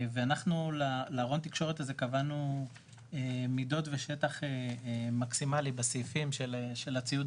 ואנחנו לארון תקשורת הזה קבענו מידות ושטח מקסימלי בסעיפים של הציוד